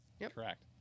Correct